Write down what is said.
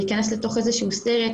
להיכנס לתוך איזה שהוא סרט,